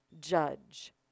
judge